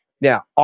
Now